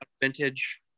vintage